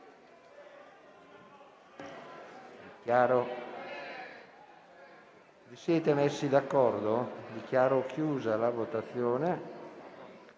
Dichiaro chiusa la votazione